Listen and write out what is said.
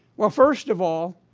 well, first of all,